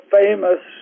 famous